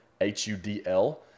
H-U-D-L